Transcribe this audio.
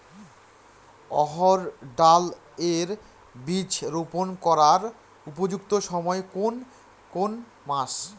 অড়হড় ডাল এর বীজ রোপন করার উপযুক্ত সময় কোন কোন মাস?